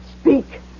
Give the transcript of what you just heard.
speak